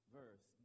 verse